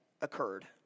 occurred